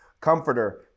Comforter